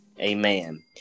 Amen